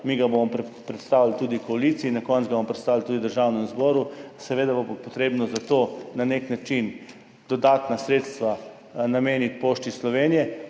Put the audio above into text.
ga bomo tudi koaliciji, na koncu ga bomo predstavili tudi v Državnem zboru, seveda bo pa potrebno za to na nek način dodatna sredstva nameniti Pošti Slovenije,